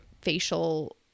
facial